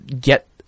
get